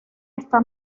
esta